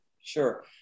Sure